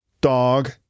dog